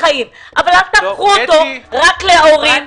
אבל אל תפילו את זה רק להורים,